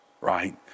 right